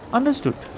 Understood